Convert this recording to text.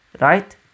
right